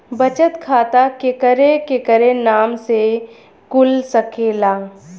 बचत खाता केकरे केकरे नाम से कुल सकेला